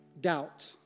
doubt